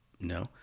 No